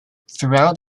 throughout